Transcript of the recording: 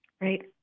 right